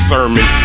Sermon